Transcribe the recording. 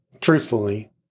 Truthfully